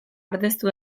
ordeztu